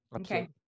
okay